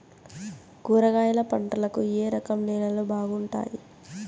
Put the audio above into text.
కూరగాయల పంటలకు ఏ రకం నేలలు బాగుంటాయి?